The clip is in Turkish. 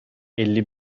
elli